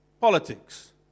Politics